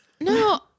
No